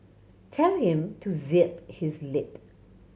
tell him to zip his lip